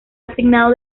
asignado